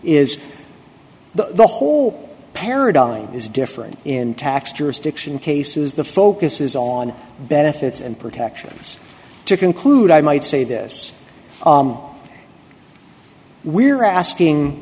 is the whole paradigm is different in tax jurisdiction cases the focus is on benefits and protections to conclude i might say this we're asking